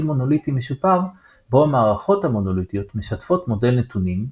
מונוליטי משופר בו המערכות המונוליטיות משתפות מודל נתונים,